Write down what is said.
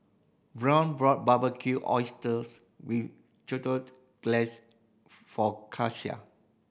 Byron bought Barbecued Oysters with Glaze for